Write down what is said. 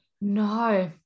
No